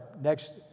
next